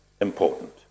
important